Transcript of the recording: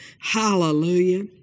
Hallelujah